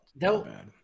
no